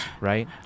right